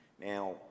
now